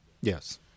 Yes